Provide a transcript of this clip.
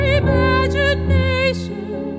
imagination